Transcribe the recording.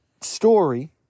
story